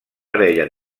parella